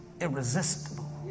irresistible